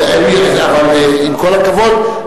עם כל הכבוד,